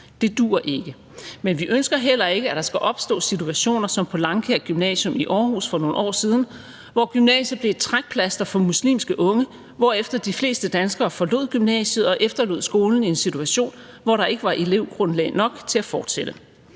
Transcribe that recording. Det duer ikke. Men vi ønsker heller ikke, at der skal opstå situationer, som på Langkaer Gymnasium i Aarhus for nogle år siden, hvor gymnasiet blev et trækplaster for muslimske unge, hvorefter de fleste danskere forlod gymnasiet og efterlod skolen i en situation, hvor der ikke var elevgrundlag nok til at fortsætte.